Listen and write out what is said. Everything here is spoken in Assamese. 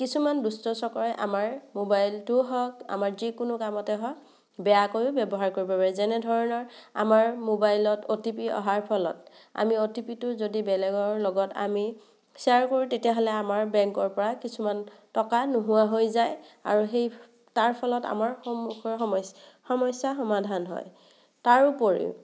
কিছুমান দুষ্টচক্ৰই আমাৰ মোবাইলটো হওঁক আমাৰ যিকোনো কামতে হওঁক বেয়াকৈ ব্যৱহাৰ কৰিব পাৰে যেনে ধৰণৰ আমাৰ মোবাইলত অ' টি পি অহাৰ ফলত আমি অ' টি পিটো যদি বেলেগৰ লগত আমি শ্বেয়াৰ কৰোঁ তেতিয়াহ'লে আমাৰ বেংকৰ পৰা কিছুমান টকা নোহোৱা হৈ যায় আৰু সেই তাৰ ফলত আমাৰ সমস্যা সমাধান হয় তাৰোপৰিও